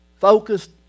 focused